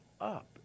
up